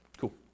Cool